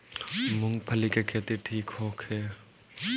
मूँगफली के खेती ठीक होखे?